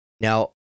Now